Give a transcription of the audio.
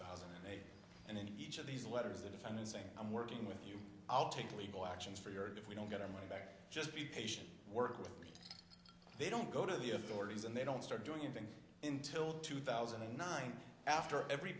thousand and eight and in each of these letters the fan is saying i'm working with you i'll take legal actions for your if we don't get our money back just be patient work they don't go to the authorities and they don't start doing anything in till two thousand and nine after every